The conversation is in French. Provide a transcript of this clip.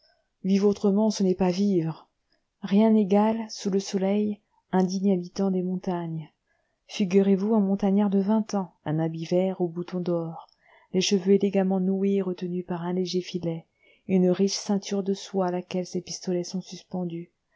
vivre autrement ce n'est pas vivre rien n'égale sous le soleil un digne habitant des montagnes figurez-vous un montagnard de vingt ans un habit vert aux boutons d'or les cheveux élégamment noués et retenus par un léger filet une riche ceinture de soie à laquelle ses pistolets sont suspendus